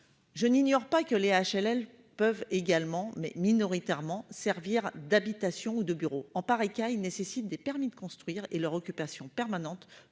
Je n'ignore pas que les HLL peuvent également, mais le cas de figure reste minoritaire, servir d'habitation ou de bureau. En pareil cas, elles nécessitent un permis de construire et leur occupation permanente